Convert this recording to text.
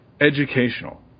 educational